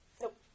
Nope